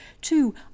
Two